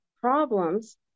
problems